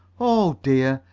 oh, dear,